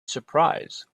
surprise